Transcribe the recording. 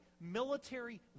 military